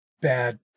bad